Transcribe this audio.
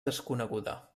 desconeguda